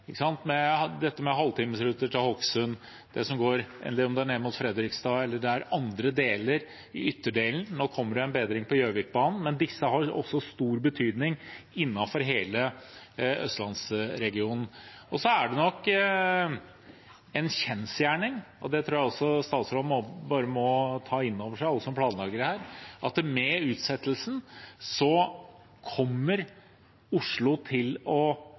dette med halvtimesruter til Hokksund, eller mot Fredrikstad og andre deler av det ytre nettet. Nå kommer det en bedring på Gjøvikbanen, men dette har også stor betydning innenfor hele østlandsregionen. Så er det nok en kjensgjerning, og det tror jeg statsråden og alle som planlegger her, bare må ta inn over seg, at med denne utsettelsen kommer Oslo til å